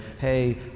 hey